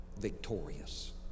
victorious